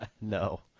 no